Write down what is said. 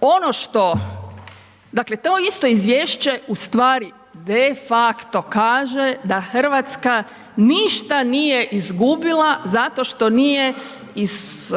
Ono što, dakle to isto izvješće u stvari de facto kaže da Hrvatska ništa nije izgubila zato što nije iz,